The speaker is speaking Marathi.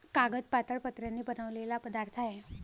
कागद पातळ पत्र्यांनी बनलेला पदार्थ आहे